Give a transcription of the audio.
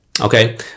Okay